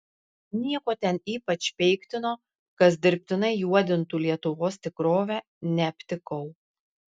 nieko ten ypač peiktino kas dirbtinai juodintų lietuvos tikrovę neaptikau